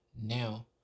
now